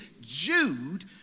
Jude